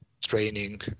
training